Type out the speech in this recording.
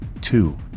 Two